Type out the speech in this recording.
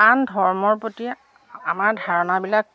আন ধৰ্মৰ প্ৰতি আমাৰ ধাৰণাবিলাক